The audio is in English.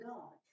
God